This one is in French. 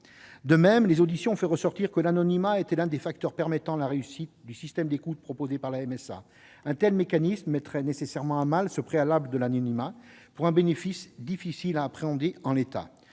De même, les auditions ont fait ressortir que l'anonymat était l'un des facteurs permettant la réussite du système d'écoute proposé par la MSA. Un tel mécanisme mettrait nécessairement à mal ce préalable de l'anonymat pour un bénéfice difficile à appréhender en l'état.